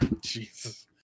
Jesus